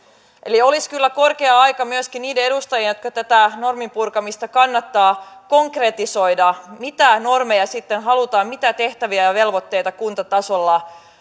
eli olisi kyllä korkea aika myöskin niiden edustajien jotka tätä normien purkamista kannattavat sitäkin konkretisoida ja tarkentaa mitä normeja mitä tehtäviä ja velvoitteita kuntatasolla sitten halutaan